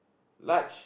large